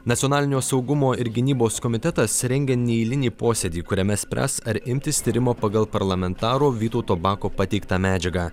nacionalinio saugumo ir gynybos komitetas rengia neeilinį posėdį kuriame spręs ar imtis tyrimo pagal parlamentaro vytauto bako pateiktą medžiagą